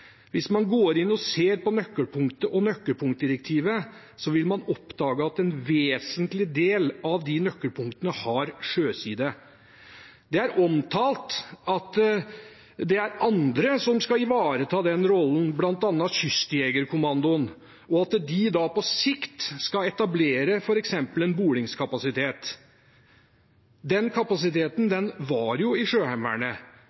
Hvis man går inn og ser på nøkkelpunkter og nøkkelpunktdirektivet, vil man oppdage at en vesentlig del av de nøkkelpunktene har en sjøside. Det er omtalt at det er andre som skal ivareta den rollen, bl.a. Kystjegerkommandoen, og at de på sikt skal etablere f.eks. en bordingskapasitet. Den kapasiteten